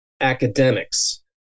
academics